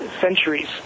centuries